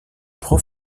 prend